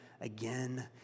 again